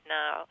now